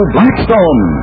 Blackstone